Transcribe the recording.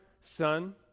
son